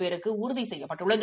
பேருக்கு உறுதி செய்யப்பட்டுள்ளது